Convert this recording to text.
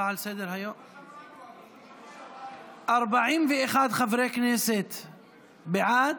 41 חברי כנסת בעד,